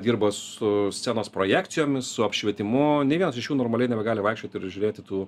dirba su scenos projekcijomis su apšvietimu nė vienas iš jų normaliai nebegali vaikščioti ir žiūrėti tų